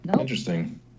Interesting